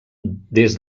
des